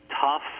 tough